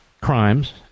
crimes